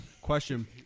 question